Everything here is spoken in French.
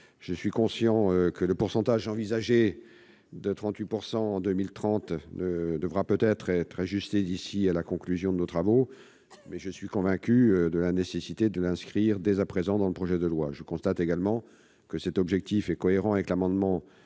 Je suis conscient que l'effort envisagé devra sans doute être ajusté d'ici à la conclusion de nos travaux, mais je suis convaincu de la nécessité d'inscrire dès à présent l'objectif dans le projet de loi. Je constate également que cet objectif est cohérent avec l'amendement